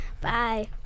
Bye